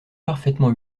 parfaitement